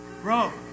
Bro